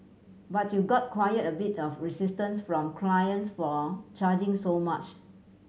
but you got quiet a bit of resistance from clients for charging so much